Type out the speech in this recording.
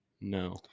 No